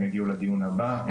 הם יגיעו לדיון הבא.